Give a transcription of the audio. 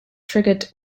triggered